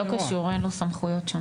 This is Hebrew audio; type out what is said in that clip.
לא קשור , אין לו סמכויות שם.